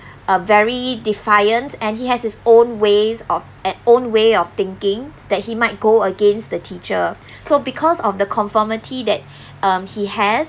a very defiance and he has his own ways of at own way of thinking that he might go against the teacher so because of the conformity that um he has